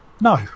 no